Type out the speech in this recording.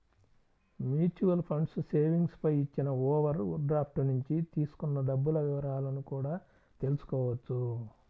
mutual funds savings పై ఇచ్చిన overdraft నుంచి తీసుకున్న డబ్బుల వివరాలను కూడా తెల్సుకోవచ్చు